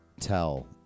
tell